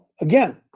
again